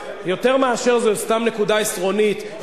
יותר מאשר סתם נקודה עשרונית,